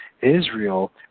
Israel